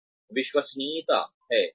फिर विश्वसनीयता है